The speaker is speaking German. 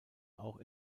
auch